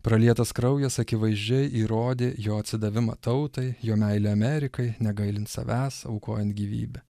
pralietas kraujas akivaizdžiai įrodė jo atsidavimą tautai jo meilę amerikai negailint savęs aukojant gyvybę